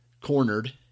cornered